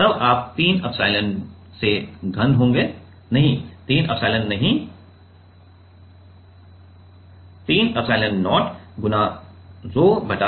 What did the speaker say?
तब आप 3 एप्सिलॉन से घन होंगे नहीं 3 एप्सिलॉन नहीं × rho बटा r वर्ग